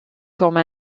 comme